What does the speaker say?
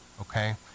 Okay